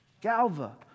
Galva